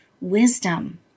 wisdom